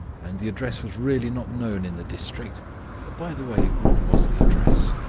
and the address was really not known in the district by the way, what was the address?